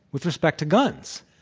with respect to guns.